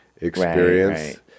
experience